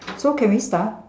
so can we start